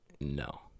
No